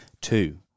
Two